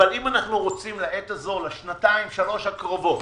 אבל אם אנו רוצים לעת הזו, לשנתיים שלוש הקרובות,